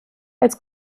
als